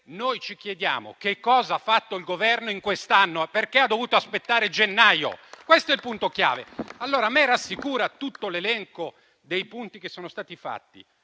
noi ci chiediamo che cosa ha fatto il Governo in quest'anno. Perché ha dovuto aspettare gennaio? Questo è il punto chiave. A me rassicura tutto l'elenco dei punti che sono stati fatti